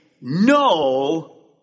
no